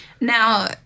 now